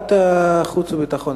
ועדת חוץ וביטחון,